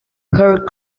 her